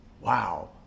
Wow